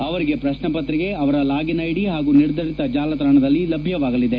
ಅವರಿಗೆ ಪ್ರಶ್ನೆಪತ್ರಿಕೆ ಅವರ ಲಾಗಿನ್ ಐಡಿ ಹಾಗೂ ನಿರ್ಧರಿತ ಜಾಲತಾಣದಲ್ಲಿ ಲಭ್ಯವಾಗಲಿದೆ